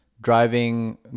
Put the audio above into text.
driving